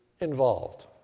involved